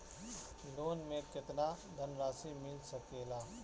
Loan मे केतना धनराशी मिल सकेला?